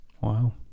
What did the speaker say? Wow